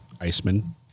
Iceman